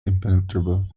impenetrable